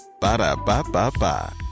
Ba-da-ba-ba-ba